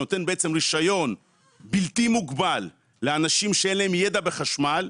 שנותן בעצם רישיון בלתי מוגבל לאנשים שאין ידע בחשמל,